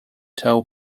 tell